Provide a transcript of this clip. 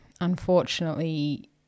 unfortunately